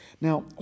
Now